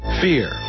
Fear